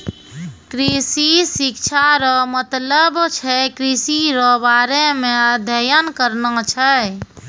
कृषि शिक्षा रो मतलब छै कृषि रो बारे मे अध्ययन करना छै